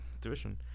division